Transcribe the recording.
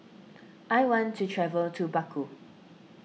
I want to travel to Baku